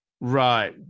right